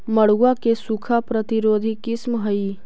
मड़ुआ के सूखा प्रतिरोधी किस्म हई?